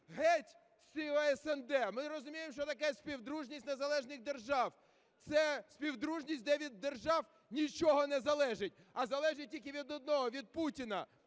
Геть з цього СНД! Ми розуміємо, що таке Співдружність Незалежних Держав – це співдружність, де від держав нічого не залежить, а залежить тільки від одного - від Путіна.